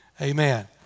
Amen